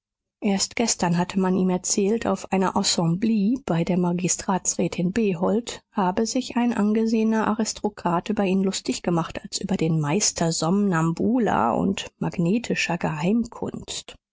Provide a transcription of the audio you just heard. erst gestern hatte man ihm erzählt auf einer assemblee bei der magistratsrätin behold habe sich ein angesehener aristokrat über ihn lustig gemacht als über den meister somnambuler und magnetischer